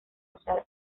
usar